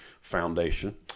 foundation